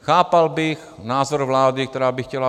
Chápal bych názor vlády, která by chtěla...